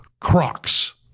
Crocs